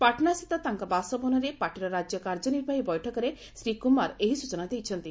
ପାଟ୍ନାସ୍ଥିତ ତାଙ୍କ ବାସଭବନରେ ପାର୍ଟିର ରାଜ୍ୟ କାର୍ଯ୍ୟନିର୍ବାହୀ ବୈଠକରେ ଶ୍ରୀ କୁମାର ଏହି ସୂଚନା ଦେଇଛନ୍ତି